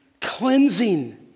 cleansing